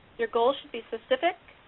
your goal should be specific,